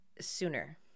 sooner